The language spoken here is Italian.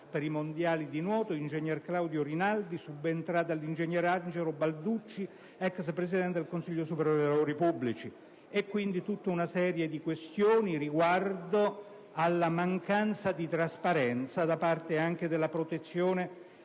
per i mondiali di nuoto, ingegner Claudio Rinaldi, subentrato all'ingegner Angelo Balducci, ex presidente del Consiglio superiore dei lavori pubblici. Ponevo quindi tutta una serie di questioni riguardo alla mancanza di trasparenza da parte anche della Protezione